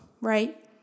Right